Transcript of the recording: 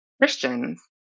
Christians